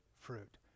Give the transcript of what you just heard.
fruit